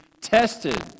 tested